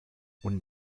und